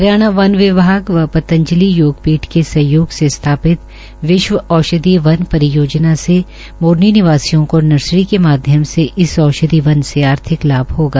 हरियाणा वन विभाग व पतंजलि योग पीठ के सहयोग से स्थापित विश्व औषधीय वन परियोजना से मोरनी निवासियों को नर्सरी के माध्यम से इस औषधि वन से आर्थिक लाभ होगा